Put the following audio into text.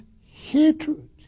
hatred